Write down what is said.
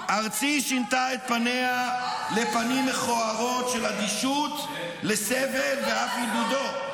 ארצי שינתה את פניה לפנים מכוערות של אדישות לסבל ואף עידודו.